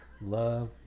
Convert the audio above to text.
Love